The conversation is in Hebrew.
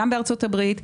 גם בארצות הברית,